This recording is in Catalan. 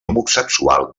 homosexual